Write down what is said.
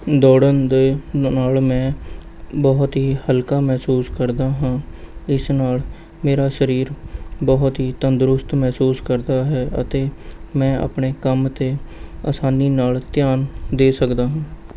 ਦੌੜਨ ਦੇ ਨਾਲ਼ ਮੈਂ ਬਹੁਤ ਹੀ ਹਲ਼ਕਾ ਮਹਿਸੂਸ ਕਰਦਾ ਹਾਂ ਇਸ ਨਾਲ਼ ਮੇਰਾ ਸਰੀਰ ਬਹੁਤ ਹੀ ਤੰਦਰੁਸਤ ਮਹਿਸੂਸ ਕਰਦਾ ਹੈ ਅਤੇ ਮੈਂ ਆਪਣੇ ਕੰਮ ਤੇ ਅਸਾਨੀ ਨਾਲ਼ ਧਿਆਨ ਦੇ ਸਕਦਾ ਹਾਂ